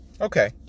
Okay